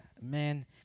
Man